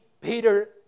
Peter